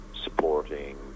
Supporting